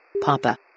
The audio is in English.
Papa